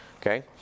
okay